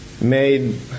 made